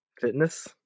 fitness